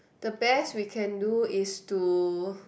the best we can do is to